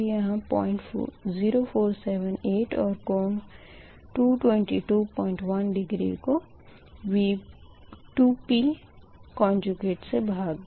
यहाँ 00478 और कोण 2221डिग्री कोV2pसे भाग दें